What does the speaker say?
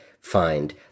find